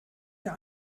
der